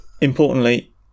Importantly